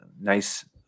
nice